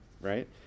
right